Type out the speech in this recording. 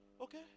Okay